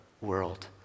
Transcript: world